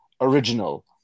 original